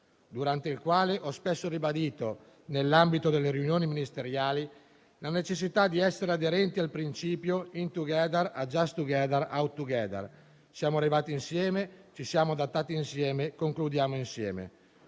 Durante tale periodo, ho spesso ribadito, nell'ambito delle riunioni ministeriali, la necessità di essere aderenti al principio *"in together, adjust together, out together"*: siamo arrivati insieme, ci siamo adattati insieme, concludiamo insieme.